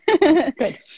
Good